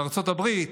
בארצות הברית